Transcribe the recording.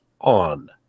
on